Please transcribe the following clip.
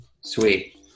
Sweet